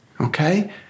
Okay